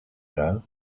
girl